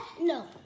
No